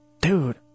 Dude